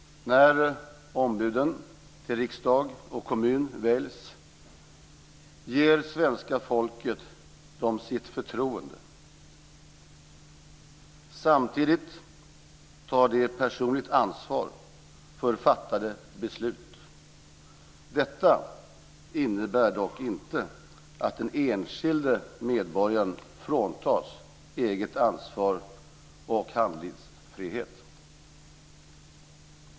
När ombuden till riksdag och kommun väljs ger svenska folket dem sitt förtroende. Samtidigt tar de personligt ansvar för fattade beslut. Detta innebär dock inte att den enskilde medborgaren fråntas eget ansvar och handlingsfrihet.